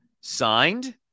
Signed